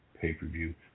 pay-per-view